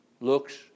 looks